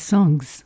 Songs